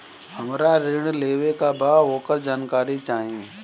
हमरा ऋण लेवे के बा वोकर जानकारी चाही